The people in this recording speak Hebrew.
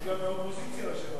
יש גם ראשי ועדות מהאופוזיציה.